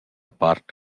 part